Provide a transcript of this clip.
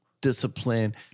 discipline